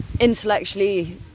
intellectually